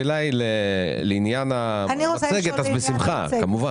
היא לעניין המצגת אז אין בעיה כמובן.